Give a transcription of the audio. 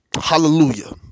Hallelujah